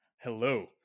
hello